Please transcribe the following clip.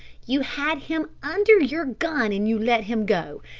you had him under your gun and you let him go.